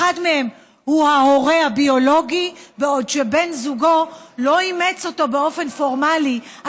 אחד מהם הוא ההורה הביולוגי בעוד בן זוגו לא אימץ אותו באופן פורמלי,